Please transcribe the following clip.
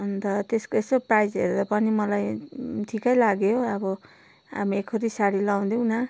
अन्त त्यसको यसो प्राइज हेर्दा पनि मलाई ठिकै लाग्यो अब हामी एकोहोरो साडी लाउँदैनौँ